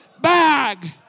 Bag